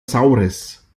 saures